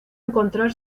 encontrar